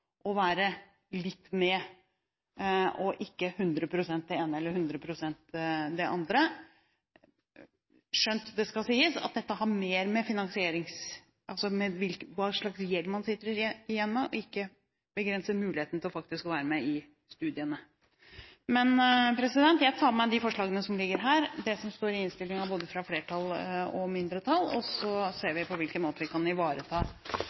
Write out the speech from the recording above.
vil være mulig å være litt med, og ikke 100 pst. det ene eller 100 pst. det andre, skjønt det skal sies at dette har mer å gjøre med hva slags gjeld man sitter igjen med, og ikke begrenser muligheten til faktisk å være med i studiene. Jeg tar med meg de forslagene som ligger her – det som står i innstillingen både fra flertall og mindretall – og så ser vi på på hvilken måte vi kan ivareta